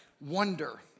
wonder